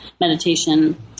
meditation